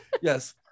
yes